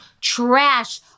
trash